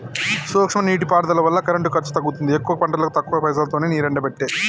సూక్ష్మ నీటి పారుదల వల్ల కరెంటు ఖర్చు తగ్గుతుంది ఎక్కువ పంటలకు తక్కువ పైసలోతో నీరెండబట్టే